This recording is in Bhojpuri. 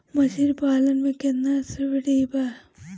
मछली पालन मे केतना सबसिडी बा?